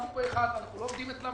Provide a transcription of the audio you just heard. אנחנו לא עובדים אצלם.